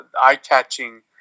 eye-catching